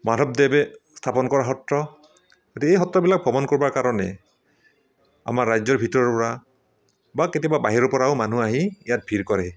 মাধৱদেৱে স্থাপন কৰা সত্ৰ এই সত্ৰবিলাক ভ্ৰমণ কৰিবৰ কাৰণে আমাৰ ৰাজ্যৰ ভিতৰুৱা বা কেতিয়াবা বাহিৰৰ পৰাও মানুহ আহি ইয়াত ভিৰ কৰে